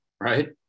right